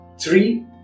three